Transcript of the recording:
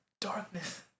Darkness